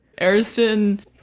Ariston